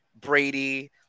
Brady